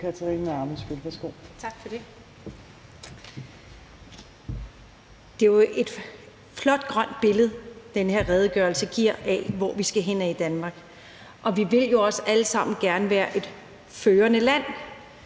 Det er jo et flot grønt billede, den her redegørelse giver af, hvor vi skal henad i Danmark, og vi vil jo også alle sammen gerne være et førende land